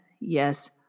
yes